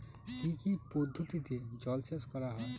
কি কি পদ্ধতিতে জলসেচ করা হয়?